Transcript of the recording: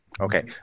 Okay